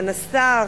סגן השר,